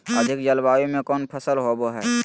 अधिक जलवायु में कौन फसल होबो है?